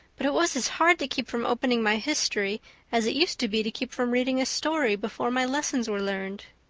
but it was as hard to keep from opening my history as it used to be to keep from reading a story before my lessons were learned.